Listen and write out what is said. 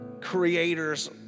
creators